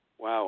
Wow